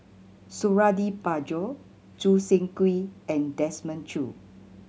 Suradi Parjo Choo Seng Quee and Desmond Choo